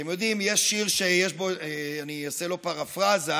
אתם יודעים, יש שיר, אני אעשה לו פרפראזה: